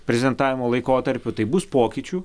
prezidentavimo laikotarpiu tai bus pokyčių